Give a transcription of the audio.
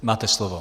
Máte slovo.